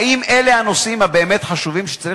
האם אלה הנושאים החשובים באמת שצריך